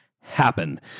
happen